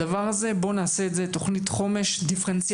הדבר הזה בואו נעשה את זה תוכנית חומש דיפרנציאלית.